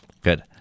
Good